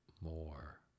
more